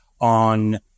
on